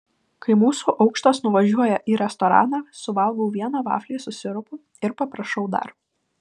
kai mūsų aukštas nuvažiuoja į restoraną suvalgau vieną vaflį su sirupu ir paprašau dar